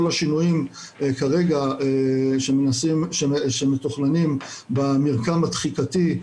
השינויים כרגע שמתוכננים במרקם התחיקתי,